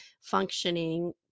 functioning